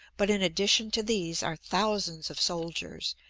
but in addition to these are thousands of soldiers,